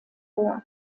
vor